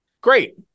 Great